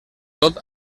tot